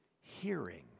hearing